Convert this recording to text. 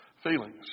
Feelings